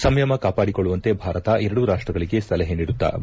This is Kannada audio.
ಸಂಯಮ ಕಾಪಾಡಿಕೊಳ್ಳುವಂತೆ ಭಾರತ ಎರಡೂ ರಾಷ್ಟಗಳಿಗೆ ಸಲಹೆ ನೀಡುತ್ತಾ ಬಂದಿದೆ